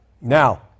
Now